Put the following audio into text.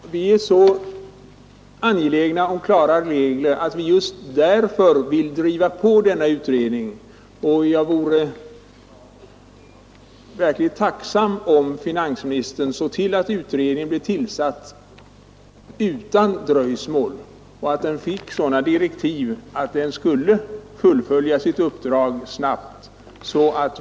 Herr talman! Ja, vi är så angelägna om klara regler att vi just därför vill driva på denna utredning. Jag vore verkligen tacksam om finansministern såg till att utredningen blev tillsatt utan dröjsmål och att den fick direktiv att fullfölja sitt uppdrag snabbt.